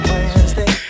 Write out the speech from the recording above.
Wednesday